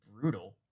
brutal